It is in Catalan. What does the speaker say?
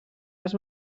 les